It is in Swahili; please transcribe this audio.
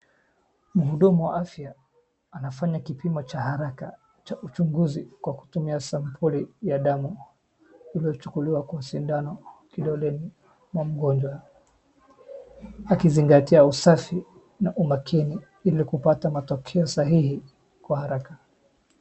Mhudumu wa afya anafanya kipimo cha haraka cha uchuguzi kwa kutumia sampuli ya damu iliochukuliwa kwa sindano kidoleni mwa mgonjwa. Akizingatia usafi na umakini ili kupata matokea sahihi kwa haraka.